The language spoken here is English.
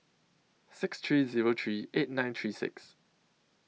six three Zero three eight nine three six